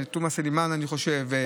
תומא סלימאן אני חושב,